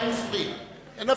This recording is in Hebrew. אין מפריעים.